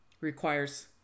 requires